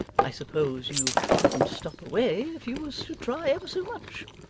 i suppose you couldn't stop away if you was to try ever so much